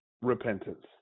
repentance